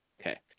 okay